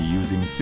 using